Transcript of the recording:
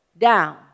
down